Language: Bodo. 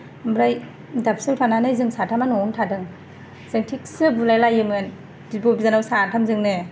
ओमफ्राय दाबसेयाव थानानै जों साथामा न'आवनो थादों जों थिगसे बुलायलायोमोन बिब' बिनानाव साथामजोंनो